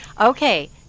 Okay